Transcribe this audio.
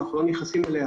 לא אפשרה זאת